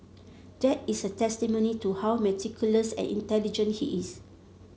that is a testimony to how meticulous and intelligent he is